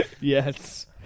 yes